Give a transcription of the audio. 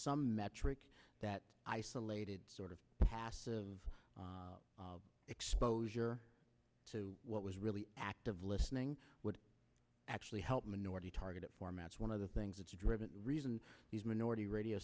some metric that isolated sort of passive exposure to what was really active listening would actually help minority targeted formats one of the things that's driven reason these minority radio